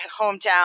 hometown